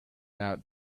out